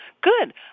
Good